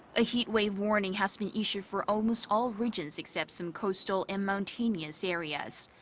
a heat wave warning has been issued for almost all regions except some coastal and mountainous areas.